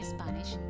Spanish